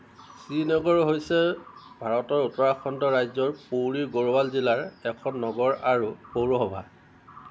শ্ৰীনগৰ হৈছে ভাৰতৰ উত্তৰাখণ্ড ৰাজ্যৰ পৌৰী গড়ৱাল জিলাৰ এখন নগৰ আৰু পৌৰসভা